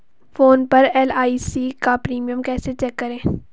Phone पर LIC का premium कैसे चेक करें?